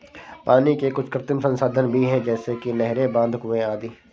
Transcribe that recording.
पानी के कुछ कृत्रिम संसाधन भी हैं जैसे कि नहरें, बांध, कुएं आदि